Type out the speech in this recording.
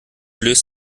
löst